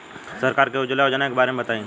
सरकार के उज्जवला योजना के बारे में बताईं?